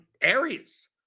areas